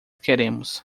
queremos